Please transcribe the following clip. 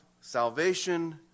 Salvation